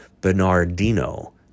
Bernardino